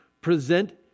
present